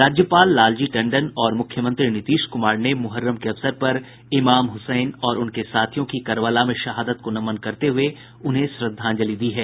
राज्यपाल लालजी टंडन और मुख्यमंत्री नीतीश कुमार ने मुहर्रम के अवसर पर इमाम हुसैन और उनके साथियों की करबला में शहादत को नमन करते हुये उन्हें श्रद्धांजलि दी है